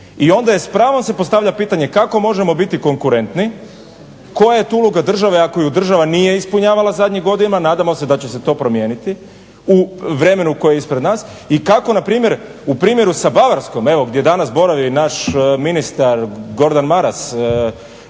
I onda i s pravom se postavlja pitanje kako možemo biti konkurentni. Koja je tu uloga države ako ju država nije ispunjavala zadnjih godina. Nadamo se da će se to promijeniti u vremenu koje je ispred nas. I kako na primjer u primjeru sa Bavarskom evo gdje danas boravi naš ministar Gordan Maras,